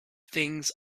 things